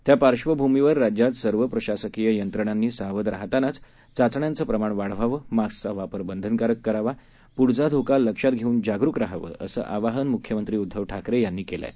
त्यापार्श्वभूमीवरराज्यातसर्वप्रशासकीययंत्रणांनीसावधराहतानाचचाचण्यांचंप्रमाणवाढवावं मास्कचावापरबंधनकारककरावा प्ढचाधोकालक्षातघेऊनजागरुकराहावं असंआवाहनमुख्यमंत्रीउद्धवठाकरेयांनीकेलंआहे